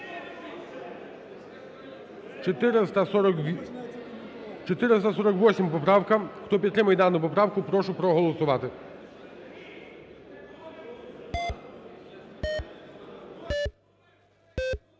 448 поправка. Хто підтримує дану поправку, прошу проголосувати.